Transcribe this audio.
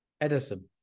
Edison